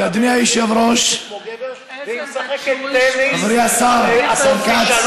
אדוני היושב-ראש, חברי השר, השר כץ,